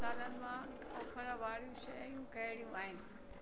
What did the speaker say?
मसालनि मां ऑफर वारियूं शयूं कहिड़ियूं आहिनि